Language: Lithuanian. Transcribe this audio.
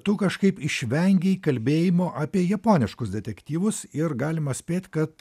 tu kažkaip išvengei kalbėjimo apie japoniškus detektyvus ir galima spėt kad